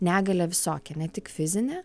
negalią visokią ne tik fizinę